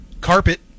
Carpet